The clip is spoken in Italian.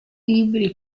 libri